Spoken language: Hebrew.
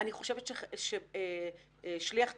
אני חושבת ששליח ציבור,